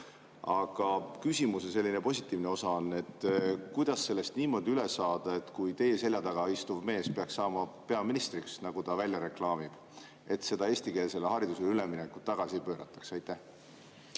Aga küsimuse positiivne osa on see, et kuidas sellest niimoodi üle saada, et kui teie selja taga istuv mees peaks saama peaministriks, nagu ta välja reklaamib, et seda eestikeelsele haridusele üleminekut tagasi ei pöörataks. Aitäh!